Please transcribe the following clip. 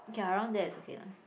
okay ah around there is okay lah